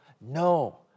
No